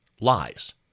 lies